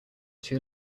two